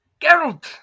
Geralt